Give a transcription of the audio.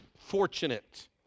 fortunate